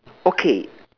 okay